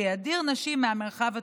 שידיר נשים מהמרחב הציבורי,